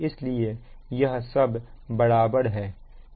इसलिए यह सब बराबर है